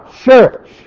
church